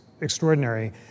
extraordinary